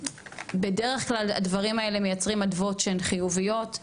בדרך כלל הדברים האלו מייצרים אדוות שהן חיוביות,